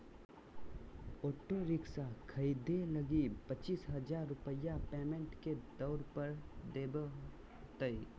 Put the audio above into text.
auto rickshaw खरीदे लगी पचीस हजार रूपया पेमेंट के तौर पर देवे होतय